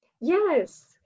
Yes